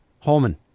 Holman